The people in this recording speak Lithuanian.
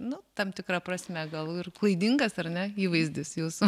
nu tam tikra prasme gal ir klaidingas ar ne įvaizdis jūsų